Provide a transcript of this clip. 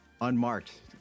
Unmarked